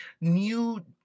new